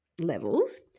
levels